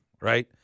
right